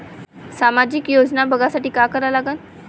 सामाजिक योजना बघासाठी का करा लागन?